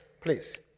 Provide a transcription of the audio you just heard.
Please